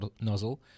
nozzle